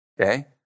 okay